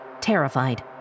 terrified